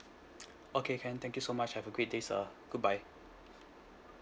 okay can thank you so much have a great sir good bye